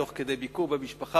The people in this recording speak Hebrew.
תוך כדי ביקור במשפחה,